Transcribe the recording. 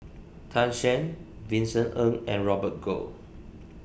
Tan Shen Vincent Ng and Robert Goh